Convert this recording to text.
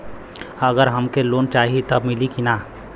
अगर हमके लोन चाही त मिली की ना?